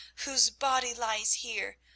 whose body lies here,